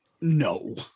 No